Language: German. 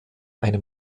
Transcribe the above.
eine